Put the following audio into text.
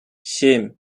семь